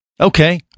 Okay